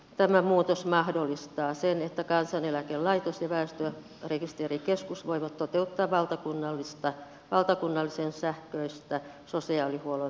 tämä muutos mahdollistaa sen että kansaneläkelaitos ja väestörekisterikeskus voivat toteuttaa valtakunnallista sähköistä sosiaalihuollon asiakasasiakirja arkistoa